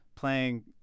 playing